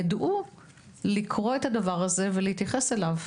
ידעו לקרוא את הדבר הזה ולהתייחס אליו.